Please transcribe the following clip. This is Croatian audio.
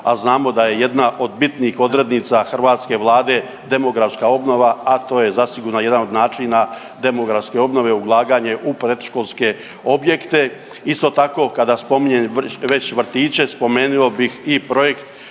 a znamo da je jedna od bitnih odrednica hrvatske Vlade demografska obnova, a to je zasigurno jedan od načina demografske obnove ulaganje u predškolske objekte. Isto tako, kada spominjem već vrtiće spomenuo bih i projekt